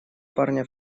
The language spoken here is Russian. парня